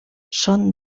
són